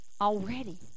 already